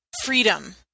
freedom